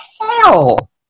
hell